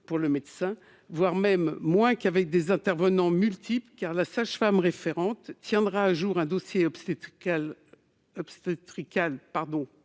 il y en a, en tout cas, moins qu'avec des intervenants multiples, car la sage-femme référente tiendra à jour un dossier obstétrical